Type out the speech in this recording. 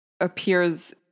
appears